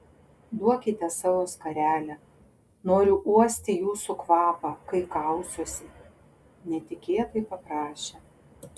duokite savo skarelę noriu uosti jūsų kvapą kai kausiuosi netikėtai paprašė